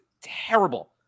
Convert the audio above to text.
terrible